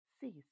Cease